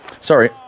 Sorry